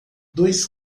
dois